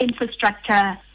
infrastructure